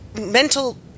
mental